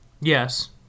Yes